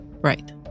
Right